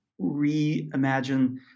reimagine